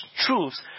truths